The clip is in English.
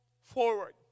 forward